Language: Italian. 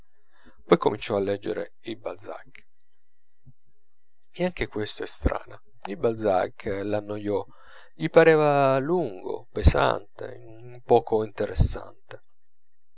poi cominciò a leggere il balzac e anche questa è strana il balzac l'annoiò gli pareva lungo pesante poco interessante